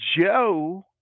Joe